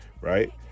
right